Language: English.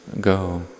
go